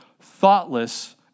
thoughtless